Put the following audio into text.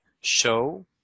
show